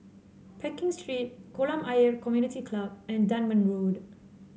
Pekin Street Kolam Ayer Community Club and Dunman Road